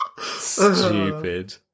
stupid